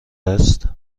است